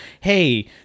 hey